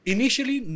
Initially